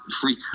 free